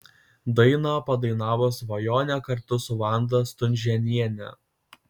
dainą padainavo svajonė kartu su vanda stunžėniene